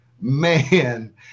man